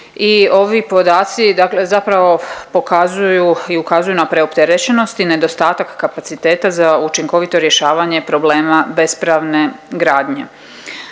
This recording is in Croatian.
i ovi podaci, dakle zapravo pokazuju i ukazuju na preopterećenost i nedostatak kapaciteta za učinkovito rješavanje problema bespravne gradnje.